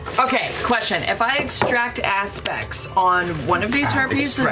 okay, question, if i extract aspects on one of these harpies